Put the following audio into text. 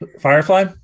Firefly